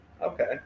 Okay